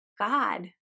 God